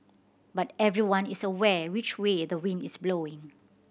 but everyone is aware which way the wind is blowing